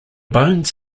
bones